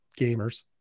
gamers